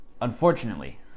Unfortunately